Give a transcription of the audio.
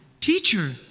Teacher